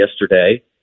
yesterday